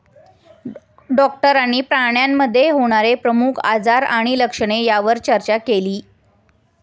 डॉक्टरांनी प्राण्यांमध्ये होणारे प्रमुख आजार आणि लक्षणे यावर चर्चा केली